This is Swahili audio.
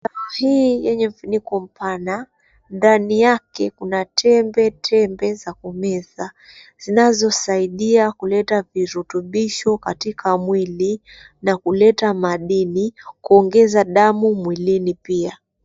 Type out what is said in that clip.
Hii yenye ufuniko mpana, ndani yake kuna tembe za kumeza zinazosaidia kuleta virutubisho katika mwili na kuleta madini kuongeza damu mwilini pia.